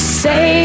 say